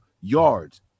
yards